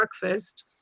breakfast